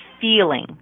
feeling